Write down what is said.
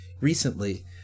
recently